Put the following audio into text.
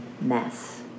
mess